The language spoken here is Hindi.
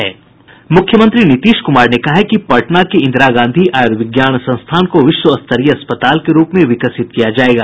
मुख्यमंत्री नीतीश कुमार ने कहा है कि पटना के इंदिरा गांधी आयुर्विज्ञान संस्थान को विश्व स्तरीय अस्पताल के रूप में विकसित किया जायेगा